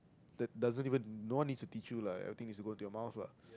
that doesn't even no one needs to teach you lah everything needs to go into your mouth lah